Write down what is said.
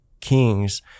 kings